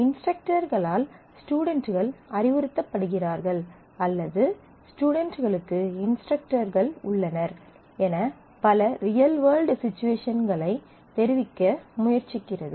இன்ஸ்டரக்டர்களால் ஸ்டுடென்ட்கள் அறிவுறுத்தப்படுகிறார்கள் அல்லது ஸ்டுடென்ட்களுக்கு இன்ஸ்டரக்டர்கள் உள்ளனர் என பல ரியல் வேர்ல்ட் சிச்சுவேஷன்களை தெரிவிக்க முயற்சிக்கிறது